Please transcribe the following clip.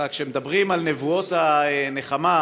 כשמדברים על נבואות הנחמה